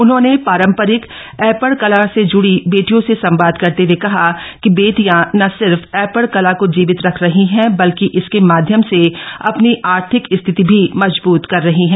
उन्होंने पारम्परिक ऐंपण कला से जुड़ी बेटियों से संवाद करते हए कहा कि बेटियां न सिर्फ ऐंपण कला को जीवित रख रही है बल्कि इसके माध्यम से अपनी आर्थिक स्थिति भी मजबूत कर रही हैं